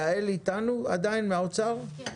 יעל לינדנברג מן האוצר עדיין איתנו?